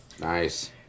Nice